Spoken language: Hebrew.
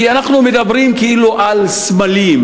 כי אנחנו כאילו מדברים על סמלים.